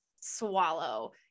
swallow